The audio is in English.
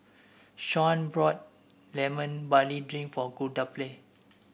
Sean bought Lemon Barley Drink for Guadalupe